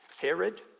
Herod